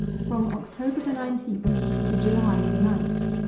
from october the nineteenth to july the ninth